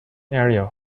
area